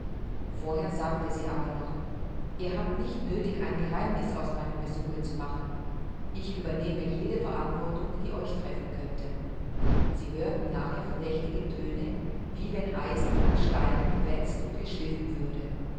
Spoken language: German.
vorher sagte sie aber noch ihr habt nicht nöthig ein geheimniß aus meinem besuche zu machen ich übernehme jede verantwortung die euch treffen könnte sie hörten nachher verdächtige töne wie wenn eisen an steinen gewetzt und geschliffen würde